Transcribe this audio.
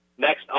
next